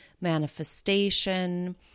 manifestation